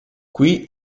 qui